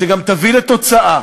שגם תביא לתוצאה,